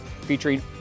featuring